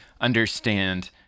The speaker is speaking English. understand